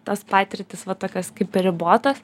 tos patirtys va tokios kaip ir ribotos